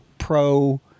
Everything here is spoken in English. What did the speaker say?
Pro